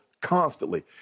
constantly